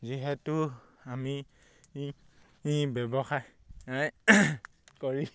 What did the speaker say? যিহেতু আমি ব্যৱসায় কৰি